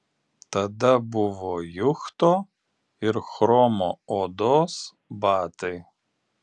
tada buvo juchto ir chromo odos batai